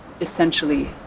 essentially